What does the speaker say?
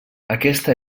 aquesta